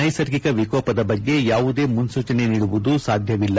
ನೈಸರ್ಗಿಕ ವಿಕೋಪದ ಬಗ್ಗೆ ಯಾವುದೇ ಮುನ್ನೂಚನೆ ನೀಡುವುದು ಸಾಧ್ವವಿಲ್ಲ